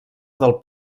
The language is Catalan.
del